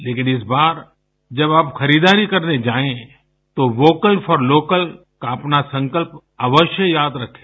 लेकिन इस बार जब आप खरीदारी करने जायें तो वोकल फॉर लोकल का अपना संकल्प अवश्य याद रखें